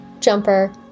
jumper